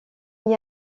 est